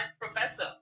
professor